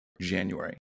January